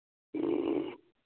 ꯎꯝ